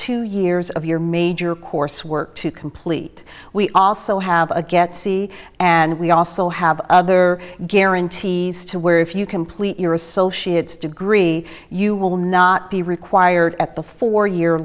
two years of your major coursework to complete we also have a get c and we also have other guarantees to where if you complete your associate's degree you will not be required at the four year